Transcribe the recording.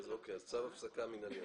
צו הפסקה מינהלי.